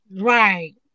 right